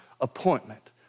appointment